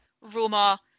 Roma